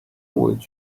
would